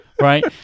right